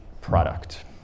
product